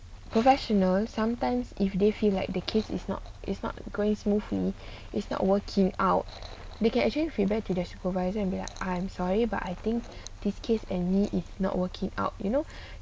professional sometimes if they feel like the case is not is not going smoothly it's not working out they can actually feedback to their supervisor and be like I'm sorry but I think this case any if not working out you know